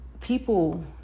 people